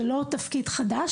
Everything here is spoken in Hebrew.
זה לא תפקיד חדש.